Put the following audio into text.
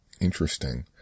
interesting